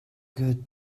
good